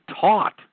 taught